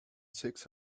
six